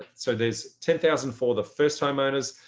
so there's ten thousand for the first time owners,